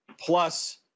plus